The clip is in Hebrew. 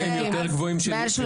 מעל 36